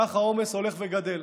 כך העומס הולך וגדל.